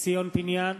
ציון פיניאן,